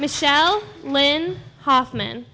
michelle lynn hoffman